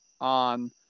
on –